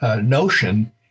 notion